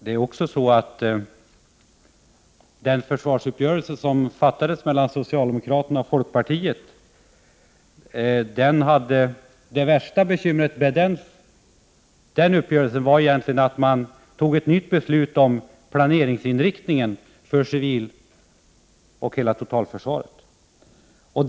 Det värsta bekymret med den försvarsuppgörelse som träffades mellan socialdemokraterna och folkpartiet är egentligen att man fattade ett nytt beslut om planeringsinriktningen för civilförsvaret och hela totalförsvaret.